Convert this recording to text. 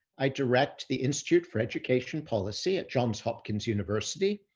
i direct the institute for education policy at johns hopkins university,